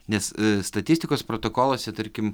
nes statistikos protokoluose tarkim